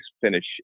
finish